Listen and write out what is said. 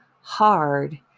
hard